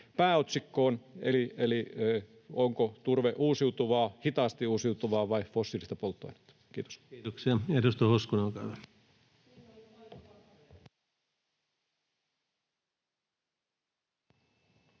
onko turve uusiutuvaa, hitaasti uusiutuvaa vai fossiilista polttoainetta. — Kiitos. Kiitoksia. — Edustaja Hoskonen, olkaa hyvä.